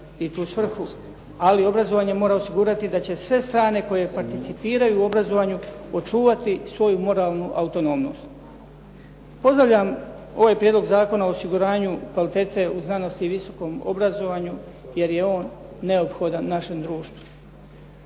ali obrazovanje mora osigurati da će sve strane koje participiraju u obrazovanju očuvati svoju moralnu autonomnost. Pozdravljam ovaj prijedlog zakona o osiguranju kvalitete u znanosti i visokom obrazovanju jer je on neophodan našem društvu.